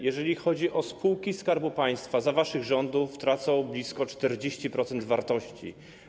Jeżeli chodzi o spółki Skarbu Państwa, za waszych rządów tracą one blisko 40% wartości.